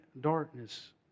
darkness